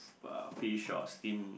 uh fish or steam